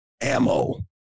ammo